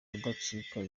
kudacika